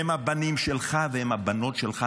הם הבנים שלך והן הבנות שלך,